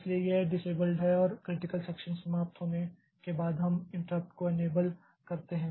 इसलिए यह डिसेबल्ड है और क्रिटिकल सेक्षन समाप्त होने के बाद हम इंटरप्ट को एनेबल करते हैं